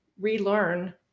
relearn